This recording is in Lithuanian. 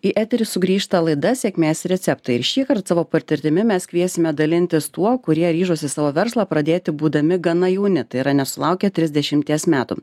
į eterį sugrįžta laida sėkmės receptai ir šįkart savo patirtimi mes kviesime dalintis tuo kurie ryžosi savo verslą pradėti būdami gana jauni tai yra nesulaukę trisdešimties metų